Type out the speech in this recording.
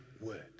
word